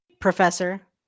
Professor